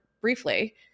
briefly